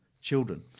children